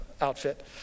outfit